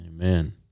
Amen